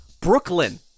Brooklyn